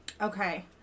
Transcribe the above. Okay